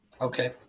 Okay